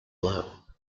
low